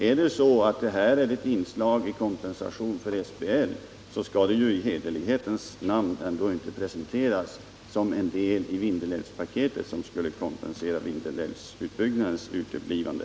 Är det fråga om ett inslag i en kompensation för SBL, skall det i hederlighetens namn inte presenteras som en del i det Vindelälvspaket som skulle kompensera Vindelälvsutbyggnadens uteblivande.